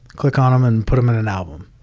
click on them and put them in an album,